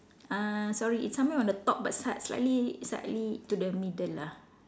uh sorry it's somewhere on the top but slight slightly slightly to the middle lah